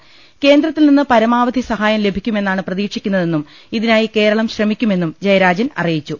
ക്രേന്ദ്രത്തിൽ നിന്ന് പരമാവധി സഹായം ലഭിക്കുമെന്നാണ് പ്രതീക്ഷക്കുന്നതെന്നും ഇതിനായി കേരളം ശ്രമിക്കുമെന്നും ജയരാജൻ അറിയി ച്ചു